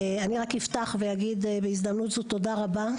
אני אפתח ואגיד בהזדמנות זו תודה רבה.